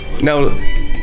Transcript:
Now